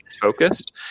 focused